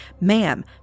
ma'am